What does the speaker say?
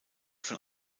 von